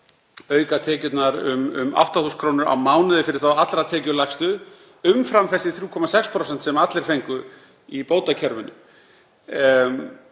auka tekjurnar um 8.000 kr. á mánuði fyrir þá allra tekjulægstu umfram þessi 3,6% sem allir fengu í bótakerfinu,